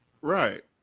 Right